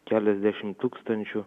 keliasdešimt tūkstančių